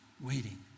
waiting